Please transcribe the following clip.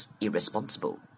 irresponsible